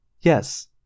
Yes